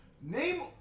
Name